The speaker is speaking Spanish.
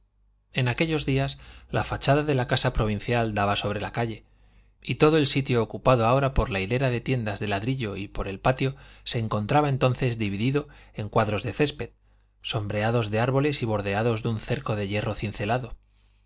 en aquellos días la fachada de la casa provincial daba sobre la calle y todo el sitio ocupado ahora por la hilera de tiendas de ladrillo y por el patio se encontraba entonces dividido en cuadros de césped sombreados de árboles y bordeados de un cerco de hierro cincelado